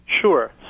Sure